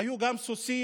היו גם סוסים,